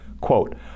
Quote